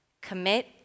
commit